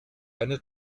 eine